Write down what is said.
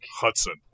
Hudson